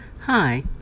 Hi